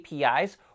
APIs